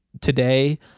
today